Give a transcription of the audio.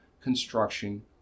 construction